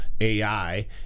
AI